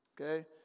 okay